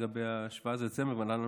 לגבי 17 בדצמבר.